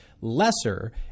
lesser